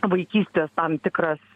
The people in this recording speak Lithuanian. vaikystės tam tikras